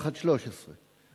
התשע"ב 2011,